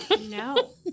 No